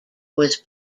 was